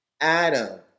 Adam